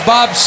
Bob